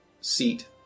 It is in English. seat